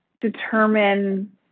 determine